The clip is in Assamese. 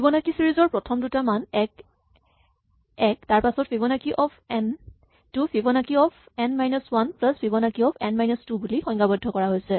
ফিবনাকী ছিৰিজ ৰ প্ৰথম দুটা মান ১ ১ তাৰপাছত ফিবনাকী অফ এন টো Fibonacci of n minus one plus Fibonacci of n minus two বুলি সংজ্ঞাবদ্ধ কৰা হৈছে